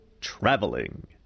Traveling